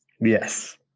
Yes